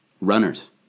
Runners